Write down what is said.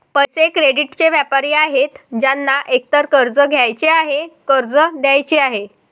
पैसे, क्रेडिटचे व्यापारी आहेत ज्यांना एकतर कर्ज घ्यायचे आहे, कर्ज द्यायचे आहे